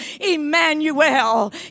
Emmanuel